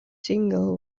single